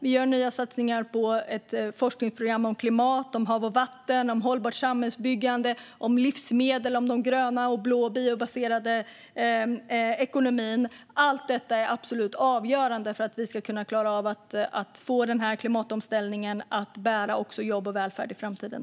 Vi gör nya satsningar på ett forskningsprogram om klimat, om hav och vatten, om hållbart samhällsbyggande, om livsmedel och om den gröna och den blå biobaserade ekonomin. Allt detta är absolut avgörande för att vi ska klara av att få klimatomställningen att bära också jobb och välfärd i framtiden.